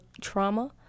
trauma